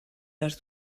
les